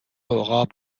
عقاب